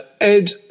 Ed